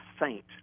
saint